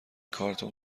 کارتون